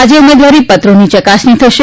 આજે ઉમેદવારીપત્રોની યકાસણી થશે